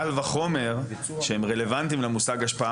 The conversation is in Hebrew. קל וחומר שהם רלוונטיים למושג השפעה